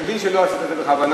אני מבין שלא עשית את זה בכוונה,